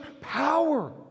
power